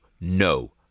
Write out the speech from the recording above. No